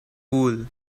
wool